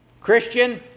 Christian